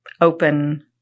open